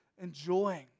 enjoying